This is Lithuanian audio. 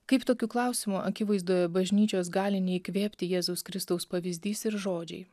kaip tokių klausimų akivaizdoje bažnyčios gali neįkvėpti jėzaus kristaus pavyzdys ir žodžiai